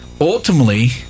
ultimately